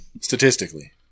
Statistically